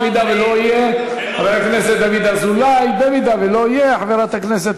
אם לא יהיה, חבר הכנסת